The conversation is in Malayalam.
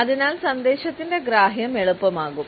അതിനാൽ സന്ദേശത്തിന്റെ ഗ്രാഹ്യം എളുപ്പമാകും